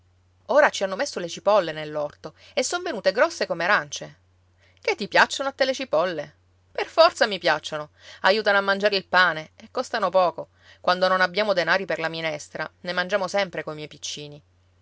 ora ci hanno messo le cipolle nell'orto e son venute grosse come arancie che ti piacciono a te le cipolle per forza mi piacciono aiutano a mangiare il pane e costano poco quando non abbiamo denari per la minestra ne mangiamo sempre coi miei piccini